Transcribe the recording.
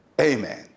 amen